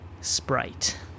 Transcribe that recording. Sprite